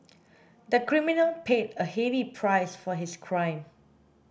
the criminal paid a heavy price for his crime